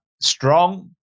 strong